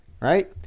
Right